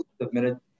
submitted